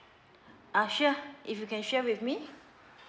uh sure if you can share with me